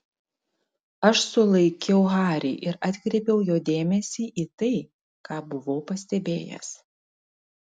aš sulaikiau harį ir atkreipiau jo dėmesį į tai ką buvau pastebėjęs